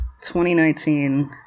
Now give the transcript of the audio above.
2019